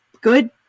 good